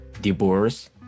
divorce